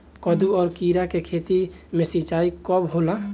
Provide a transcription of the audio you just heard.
कदु और किरा के खेती में सिंचाई कब होला?